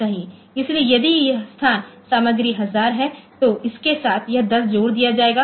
इसलिए यदि यह स्थान सामग्री 1000 है तो इसके साथ यह 10 जोड़ दिया जाएगा